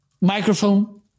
microphone